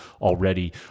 already